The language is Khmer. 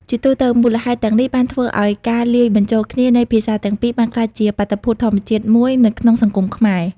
ជាទូទៅ មូលហេតុទាំងនេះបានធ្វើឱ្យការលាយបញ្ចូលគ្នានៃភាសាទាំងពីរបានក្លាយជាបាតុភូតធម្មតាមួយនៅក្នុងសង្គមខ្មែរ។